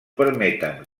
permeten